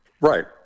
Right